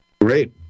Great